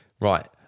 right